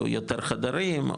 או יותר חדרים,